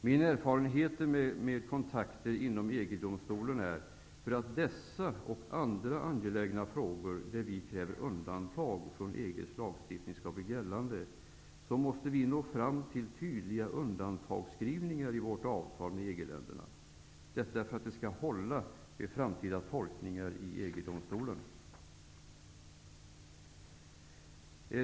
Min erfarenhet från kontakter inom EG-domstolen är, att för att undantag som vi kräver i dessa och andra angelägna frågor från EG:s lagstiftning skall bli gällande måste vi nå fram till tydliga undantagsskrivningar i vårt avtal med EG länderna -- detta för att de skall hålla vid framtida tolkningar i EG-domstolen.